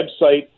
website